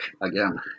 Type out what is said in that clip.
again